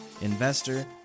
investor